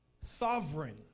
Sovereign